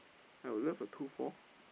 I would love a two four